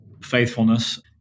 Faithfulness